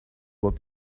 what